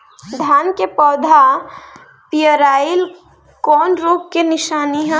धान के पौधा पियराईल कौन रोग के निशानि ह?